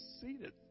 seated